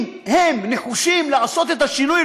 אם הם נחושים לעשות את השינוי,